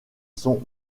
sont